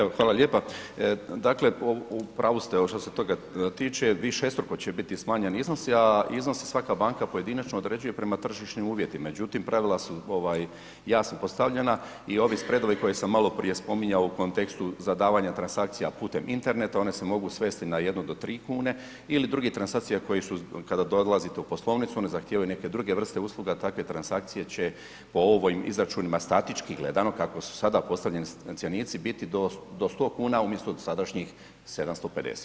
Evo hvala lijepa, dakle u pravu ste ovo što se toga tiče višestruko će biti smanjeni iznosi, a iznose svaka banka pojedinačno određuje prema tržišnim uvjetima, međutim pravila su jasno postavljena i ovi spredovi koje sam maloprije spominjao u kontekstu zadavanja transakcija putem interneta, one se mogu svesti na 1 do 3,00 kn ili drugih transakcija koji su, kada dolazite u poslovnicu one zahtijevaju neke druge vrste usluga, takve transakcije će po ovim izračunima, statički gledano kako su sada postavljeni cjenici, biti do 100,00 kn umjesto dosadašnjih 750, evo hvala.